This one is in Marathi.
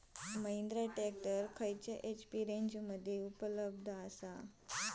महिंद्रा ट्रॅक्टर खयल्या एच.पी रेंजमध्ये उपलब्ध आसा?